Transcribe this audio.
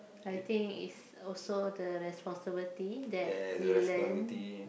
I think is also the responsibility that we learn